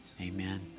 Amen